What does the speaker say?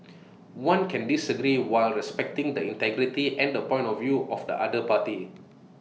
one can disagree while respecting the integrity and the point of view of the other party